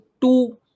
two